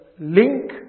link